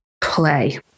Play